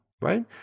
Right